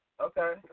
Okay